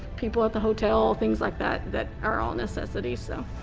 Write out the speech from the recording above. people at the hotel things like that that are all necessities so.